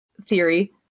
Theory